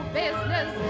business